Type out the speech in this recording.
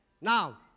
Now